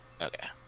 Okay